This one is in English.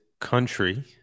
country